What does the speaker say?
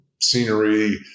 scenery